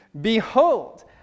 Behold